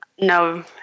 No